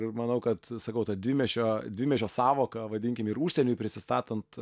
ir manau kad sakau ta dvimiesčio dvimiesčio sąvoka vadinkim ir užsieniui prisistatant